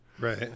Right